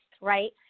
right